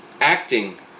acting